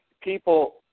people